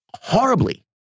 horribly